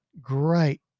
great